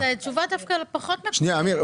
אמיר,